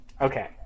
Okay